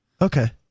okay